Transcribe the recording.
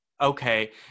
Okay